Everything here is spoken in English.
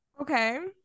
Okay